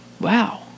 Wow